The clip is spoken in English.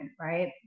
right